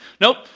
Nope